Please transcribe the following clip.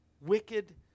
wicked